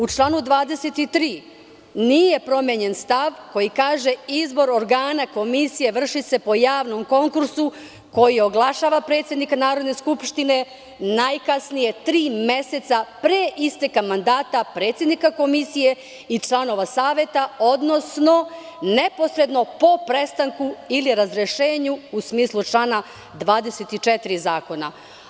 U članu 23. nije promenjen stav koji kaže – izbor organa komisije vrši se po javnom konkursu koji oglašava predsednik Narodne skupštine najkasnije tri meseca pre isteka mandata predsednika komisije i članova Saveta, odnosno neposredno po prestanku ili razrešenju u smislu člana 24. zakona.